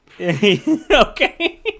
Okay